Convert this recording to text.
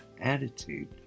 attitude